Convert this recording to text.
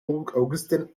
augustin